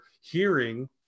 hearing